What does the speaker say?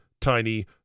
tiny